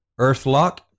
Earthlock